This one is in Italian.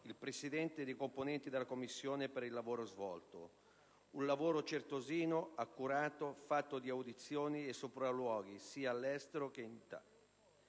il Presidente ed i componenti della Commissione per il lavoro svolto: un lavoro certosino, accurato, fatto di audizioni e sopralluoghi, sia all'estero che in Italia.